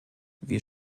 wir